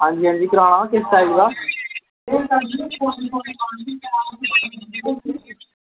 आं जी आं जी आं कराना चेता आई गेदा